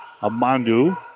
Amandu